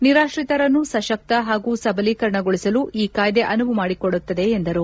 ನಿರಾತ್ರಿತರನ್ನು ಸಶಕ್ತ ಹಾಗೂ ಸಬಲೀಕರಣಗೊಳಿಸಲು ಈ ಕಾಯ್ದೆ ಅನುವು ಮಾಡಿಕೊಡುತ್ತದೆ ಎಂದರು